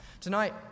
Tonight